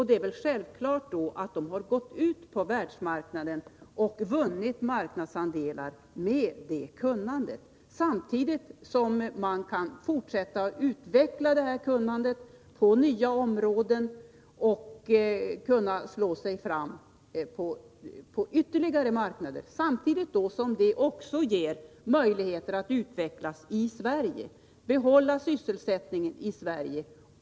Det är då självklart att företaget har gått ut på världsmarknaden och vunnit marknadsandelar med detta kunnande. Samtidigt som man fortsätter att utveckla detta kunnande på nya områden och slår sig fram på nya marknader, får man möjligheter att utveckla i Sverige och att behålla sysselsättningen här.